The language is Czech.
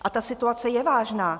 A ta situace je vážná.